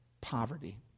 poverty